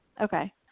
Okay